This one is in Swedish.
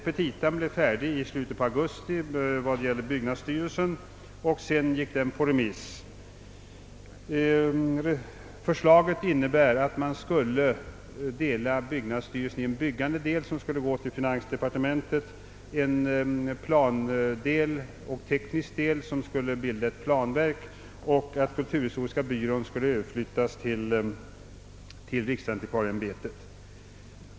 Petitan blev färdig i slutet av augusti vad gällde byggnadsstyrelsen och gick sedan på remiss. Förslaget innebär att byggnadsstyrelsen uppdelas i en byggande del, som skall lyda under finansdepartementet, och en plandel och teknisk del, som skall kallas statens planverk och sortera under kommunikationsdepartementet. Vidare skall kulturhistoriska byrån överflyttas till riksantikvarieämbetet.